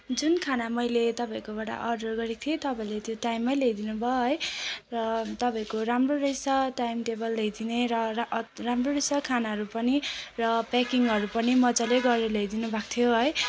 जुन खाना मैले तपाईँकोबाट अर्डर गरेको थिएँ तपाईँले त्यो टाइममै ल्याइदिनु भयो है र तपाईँको राम्रो रहेछ टाइम टेबल ल्याइदिने र र त राम्रो रहेछ खानाहरू पनि र पेकिङहरू पनि मजाले गरेर ल्याइदिनु भएको थियो है